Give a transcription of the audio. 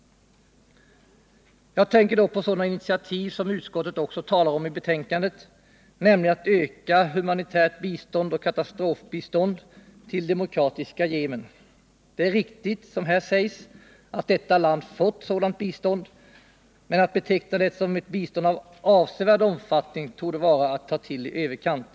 Jag tänker då på sådana initiativ som också utskottet talar om i betänkandet, nämligen ökat humanitärt bistånd och katastrofbistånd till Demokratiska folkrepubliken Yemen. Det är riktigt, som här sägs, att detta land har fått sådant bistånd, men att beteckna det som ett bistånd av avsevärd omfattning torde vara att ta till i överkant.